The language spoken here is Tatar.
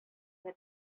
тот